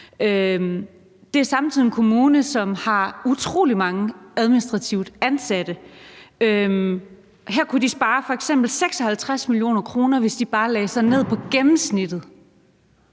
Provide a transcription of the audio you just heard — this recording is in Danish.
Det er samtidig en kommune, som har utrolig mange administrativt ansatte. Her kunne de spare f.eks. 56 mio. kr., hvis de bare lagde sig ned på gennemsnittet.